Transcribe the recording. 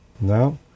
Now